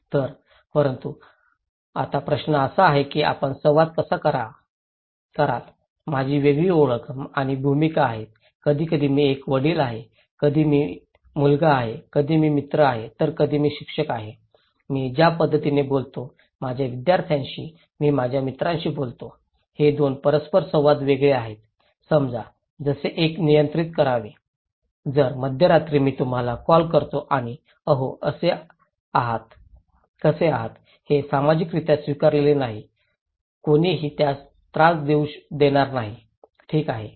तर परंतु आता प्रश्न असा आहे की आपण संवाद कसा कराल माझी वेगळी ओळख आणि भूमिका आहेत कधीकधी मी एक वडील आहे कधी मी मुलगा आहे कधी मी मित्र आहे तर कधी मी शिक्षक आहे मी ज्या पद्धतीने बोलतो माझ्या विद्यार्थ्यांशी मी माझ्या मित्रांशी बोललो हे दोन परस्परसंवाद वेगळे आहेत समजा जसे कसे नियंत्रित करावे जर मध्यरात्री मी तुम्हाला कॉल करतो आणि अहो कसे आहात हे सामाजिकरित्या स्वीकारलेले नाही कोणीही त्यास त्रास देणार नाही ठीक आहे